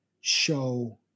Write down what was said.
show